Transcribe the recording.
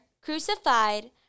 crucified